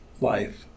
life